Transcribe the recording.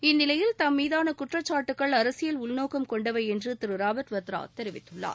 இந்நிலையில் குற்றச்சாட்டுகள் அரசியல் உள்நோக்கம் கொண்டவை என்றும் திரு ராபா்ட் வத்ரா தெரிவித்துள்ளார்